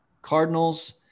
cardinals